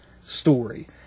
story